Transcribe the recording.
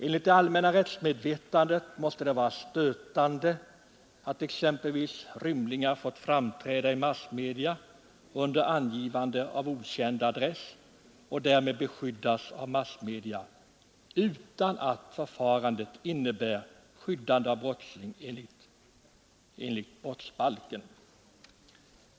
Enligt det allmänna rättsmedvetandet måste det vara stötande att exempelvis rymlingar har fått framträda i massmedia under angivande av okänd adress och därmed beskyddas av massmedia utan att förfarandet innebär skyddande av brottsling enligt brottsbalken.